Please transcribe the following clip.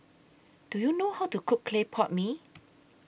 Do YOU know How to Cook Clay Pot Mee